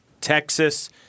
Texas